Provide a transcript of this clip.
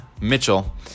Mitchell